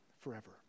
forever